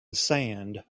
sand